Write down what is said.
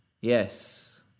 yes